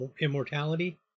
immortality